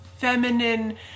feminine